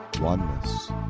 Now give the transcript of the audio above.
oneness